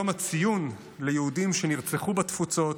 היום לציון יהודים שנרצחו בתפוצות